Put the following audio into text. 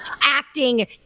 acting